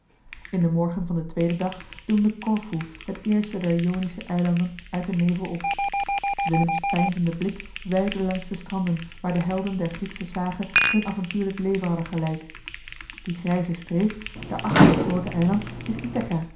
in den morgen van den tweeden dag doemde korfu het eerste der jonische eilanden uit den nevel op willems peinzende blik weidde langs de stranden waar de helden der grieksche sage hun avontuurlijk leven hadden geleid die grijze streep daar achter dat groote eiland is